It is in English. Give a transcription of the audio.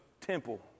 temple